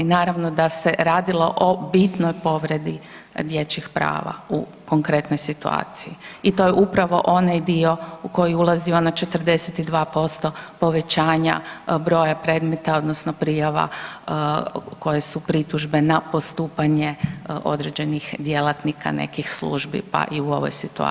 Naravno da se radilo o bitnoj povredi dječjih prava u konkretnoj situaciji i to je upravo onaj dio u koji ulazi onih 42% povećanja broja predmeta odnosno prijava koje su pritužbe na postupanje određenih djelatnika nekih službi, pa i u ovoj situaciji.